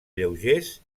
lleugers